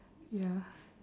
ya